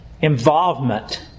involvement